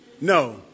No